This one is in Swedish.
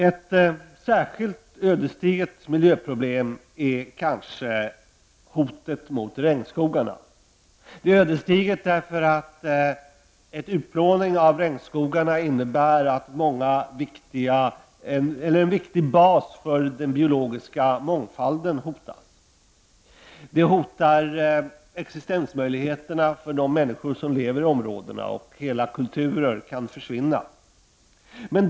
Ett särskilt ödesdigert miljöproblem är hotet mot regnskogarna. Det är ödesdigert därför att en utplåning av regnskogarna innebär att en viktig bas för den biologiska mångfalden hotas. Existensmöjligheterna hotas för de människor som lever i områdena och hela kulturer kan försvinna.